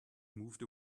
moved